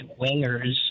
wingers